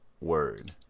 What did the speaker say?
word